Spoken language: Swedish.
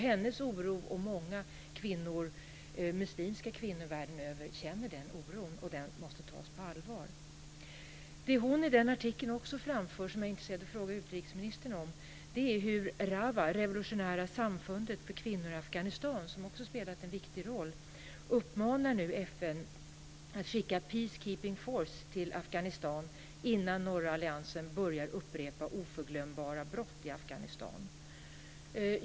Hennes oro och den oro som många kvinnor i den muslimska världen känner måste tas på allvar. Det som hon också framför i sin artikel och som jag är intresserad av att fråga utrikesministern om har att göra med att RAWA, Revolutionära samfundet för kvinnor i Afghanistan som också spelat en viktig roll, nu uppmanar FN att skicka peace keeping force till Afghanistan innan norra alliansen börjar upprepa oförglömbara brott i Afghanistan.